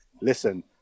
Listen